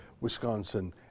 Wisconsin